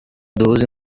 duhuze